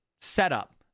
setup